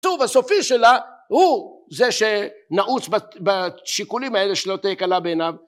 כתוב הסופי שלה הוא זה שנעוץ בשיקולים האלה שלא תקלה בעיניו